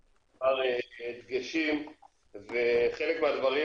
ניתן מספר דגשים וחלק מהדברים,